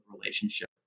relationship